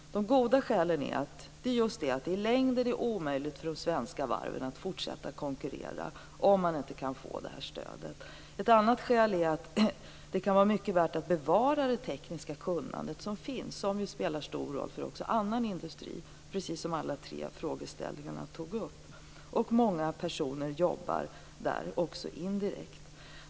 De goda skälen är just att det i längden är omöjligt för de svenska varven att fortsätta konkurrera om man inte kan få det här stödet. Ett annat skäl är att det kan vara mycket värt att bevara det tekniska kunnande som finns. Det spelar ju stor roll också för annan industri, precis som alla tre frågeställarna tog upp. Många personer jobbar här, även indirekt.